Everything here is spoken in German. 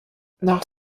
nach